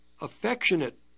affectionate